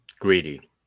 greedy